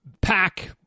pack